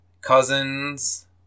cousins